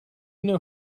know